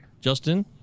Justin